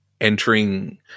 entering